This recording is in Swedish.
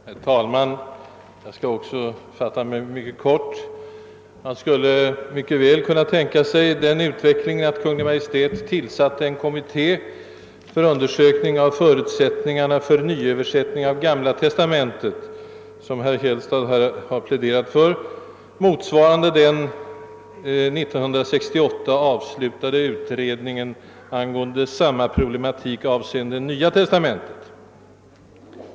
Herr talman! Också jag skall fatta mig mycket kort. Man skulle väl kunna tänka sig den utvecklingen, att Kungl. Maj:t tillsatte en kommitté för undersökning av förutsättningarna för nyöversättning av Gamla testamentet, som herr Källstad nyss pläderade för, motsvarande den 1968 avslutade utredningen angående samma problematik avseende Nya testamentet.